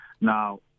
Now